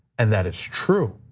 and that is true.